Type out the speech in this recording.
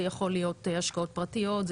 זה יכול להיות השקעות פרטיות,